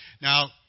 Now